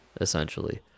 essentially